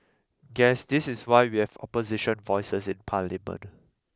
guess this is why we have opposition voices in parliament